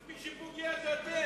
מי שפוגע זה אתם.